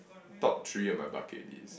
top three of my bucket list